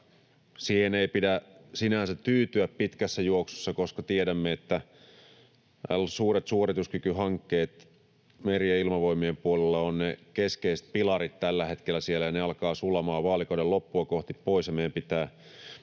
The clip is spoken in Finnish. Siihen ei pidä sinänsä tyytyä pitkässä juoksussa, koska tiedämme, että suuret suorituskykyhankkeet Merivoimien ja Ilmavoimien puolella ovat ne keskeiset pilarit tällä hetkellä, ja ne alkavat sulamaan vaalikauden loppua kohti pois, ja meidän pitää tehdä